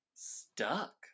stuck